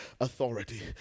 authority